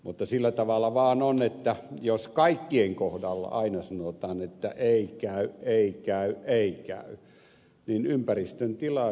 mutta sillä tavalla vaan on että jos kaikkien kohdalla aina sanotaan että ei käy ei käy ei käy niin ympäristön tila siinä heikkenee